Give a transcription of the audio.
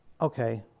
okay